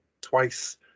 twice